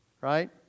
Right